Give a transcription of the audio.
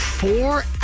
Four